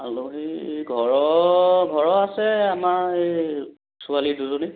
আলহী ঘৰ ঘৰ আছে আমাৰ এই ছোৱালী দুজনী